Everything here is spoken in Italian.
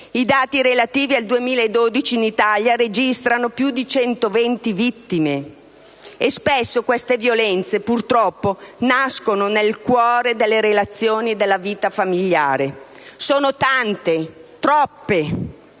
(i dati relativi al 2012 in Italia registrano più di 120 vittime). E spesso queste violenze, purtroppo, nascono nel cuore delle relazioni e della vita familiare. Sono tante, troppe!